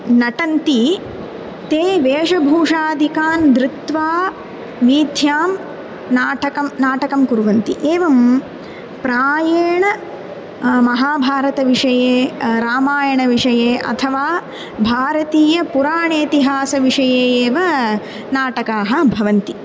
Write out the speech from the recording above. नटन्ति ते वेषभूषादिकान् धृत्वा वीथ्यां नाटकं नाटकं कुर्वन्ति एवं प्रायेण महाभारतविषये रामायणविषये अथवा भारतीयपुराणेतिहासविषये एव नाटकाः भवन्ति